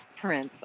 Prince